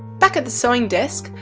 back at the sewing desk,